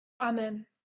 Amen